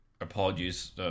apologies